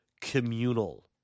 communal